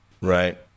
Right